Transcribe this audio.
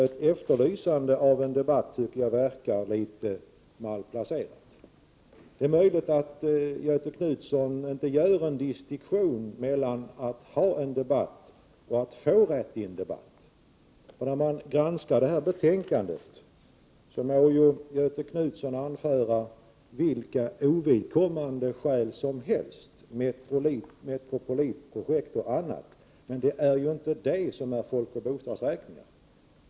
Ett efterlysande av en debatt tycker jag verkar litet malplacerat. Det är möjligt att Göthe Knutson inte gör någon distinktion mellan att ha en debatt och att få rätt i en debatt. Göthe Knutson kan anföra vilka ovidkommande skäl som helst, t.ex. Metropolitprojektet, men det är inte det som är folkoch bostadsräkningen.